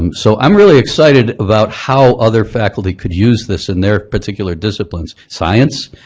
um so i'm really excited about how other faculty could use this in their particular disciplines. science?